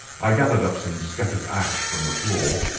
i gathered up some scattered ash from the floor.